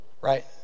right